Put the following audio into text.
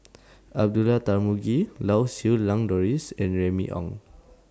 Abdullah Tarmugi Lau Siew Lang Doris and Remy Ong